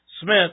Smith